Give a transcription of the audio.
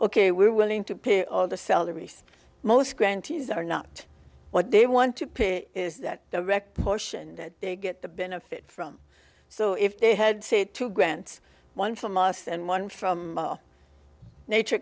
ok we're willing to pay all the salaries most grantees are not what they want to pay is that the direct proportion that they get the benefit from so if they had say two grants one from us and one from nature